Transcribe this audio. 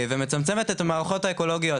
ומצמצמת את המערכות האקולוגיות.